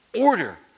Order